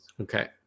okay